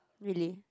really